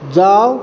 जाउ